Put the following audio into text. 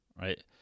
right